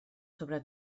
sobre